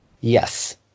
Yes